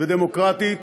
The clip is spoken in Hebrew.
ודמוקרטית